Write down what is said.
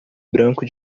branco